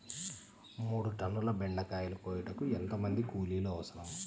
మూడు టన్నుల బెండకాయలు కోయుటకు ఎంత మంది కూలీలు అవసరం?